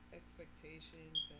expectations